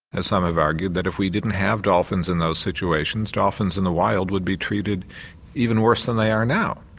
ah some have argued that if we didn't have dolphins in those situations dolphins in the wild would be treated even worse than they are now.